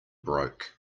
broke